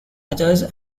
others